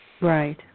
Right